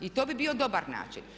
I to bi bio dobar način.